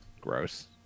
Gross